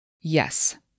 Yes